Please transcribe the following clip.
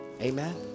Amen